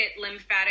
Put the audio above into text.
lymphatic